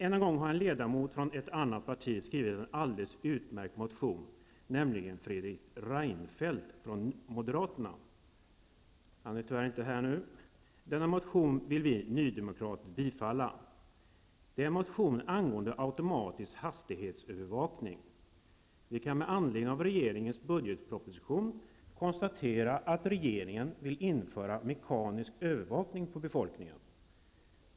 Ännu en gång har en ledamot från ett annat parti skrivit en alldedeles utmärkt motion, nämligen Fredrik Reinfeldt från Moderaterna. Han är tyvärr inte här nu. Denna motion vill vi nydemokrater bifalla. Det är en motion angående automatisk hastighetsövervakning. Vi kan med anledning av regeringens budgetproposition konstatera att regeringen vill införa mekanisk övervakning av befolkningen.